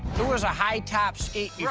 it was a high-top skate yeah